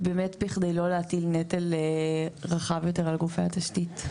באמת בכדי לא להטיל נטל רחב יותר על גופי התשתית.